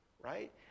right